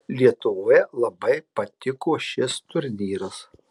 lietuvoje labai patiko šis turnyras